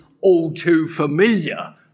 all-too-familiar